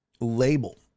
label